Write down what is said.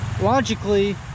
logically